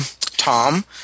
Tom